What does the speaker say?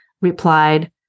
replied